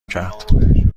کرد